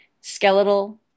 skeletal